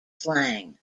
slang